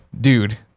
dude